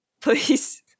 Please